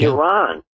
Iran